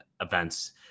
events